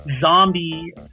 zombie